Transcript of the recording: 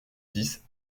dix